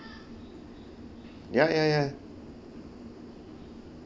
ya ya ya